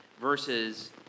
Versus